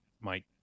Mike